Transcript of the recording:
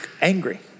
angry